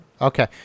okay